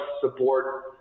support